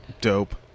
dope